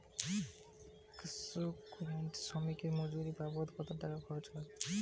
একশো কুইন্টাল ধান আনলোড করতে শ্রমিকের মজুরি বাবদ কত টাকা খরচ হয়?